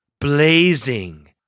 blazing